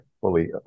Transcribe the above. fully